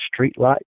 Streetlight